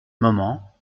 moment